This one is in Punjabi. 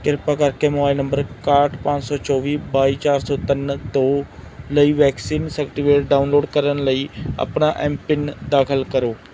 ਕਿਰਪਾ ਕਰਕੇ ਮੋਬਾਈਲ ਨੰਬਰ ਇਕਾਹਠ ਪੰਜ ਸੌ ਚੌਵੀ ਬਾਈ ਚਾਰ ਸੌ ਤਿੰਨ ਦੋ ਲਈ ਵੈਕਸੀਨ ਸਰਟੀਫਿਕੇਟ ਡਾਊਨਲੋਡ ਕਰਨ ਲਈ ਆਪਣਾ ਐਮਪਿੰਨ ਦਾਖਲ ਕਰੋ